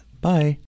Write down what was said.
Bye